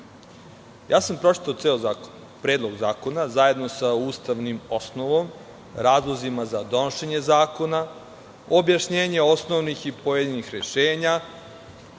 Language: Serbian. sam ceo zakon, predlog zakona, zajedno sa ustavnom osnovom, razlozima za donošenje zakona, objašnjenje osnovnih i pojedinih rešenja,